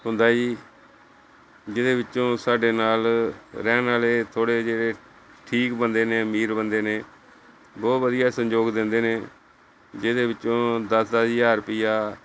ਹੁੰਦਾ ਜੀ ਜਿਹਦੇ ਵਿੱਚੋਂ ਸਾਡੇ ਨਾਲ ਰਹਿਣ ਵਾਲੇ ਥੋੜ੍ਹੇ ਜਿਹੇ ਠੀਕ ਬੰਦੇ ਨੇ ਅਮੀਰ ਬੰਦੇ ਨੇ ਬਹੁਤ ਵਧੀਆ ਸਹਿਯੋਗ ਦਿੰਦੇ ਨੇ ਜਿਹਦੇ ਵਿੱਚੋਂ ਦਸ ਦਸ ਹਜ਼ਾਰ ਰੁਪਿਆ